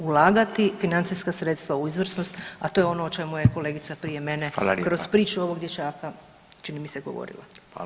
Ulagati financijska sredstva u izvrsnost, a to je ono o čemu je kolegica prije mene [[Upadica: Hvala lijepa.]] kroz priču ovog dječaka čini mi se govorila.